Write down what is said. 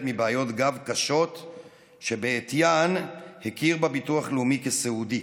מבעיות גב קשות שבעטיין הכיר בה ביטוח לאומי כסיעודית.